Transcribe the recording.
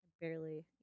barely